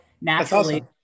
naturally